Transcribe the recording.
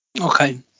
okay